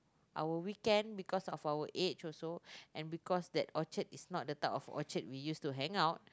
our weekend because of our age also and because that Orchard is not the type of Orchard we used to hang out